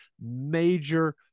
major